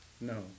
No